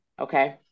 okay